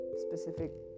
specific